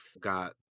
got